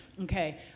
Okay